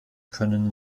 können